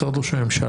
משרד ראש הממשלה,